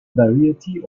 variety